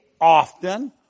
often